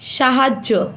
সাহায্য